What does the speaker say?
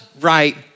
right